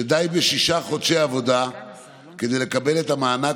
שדי ב-6 חודשי עבודה כדי לקבל את המענק